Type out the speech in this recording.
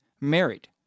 married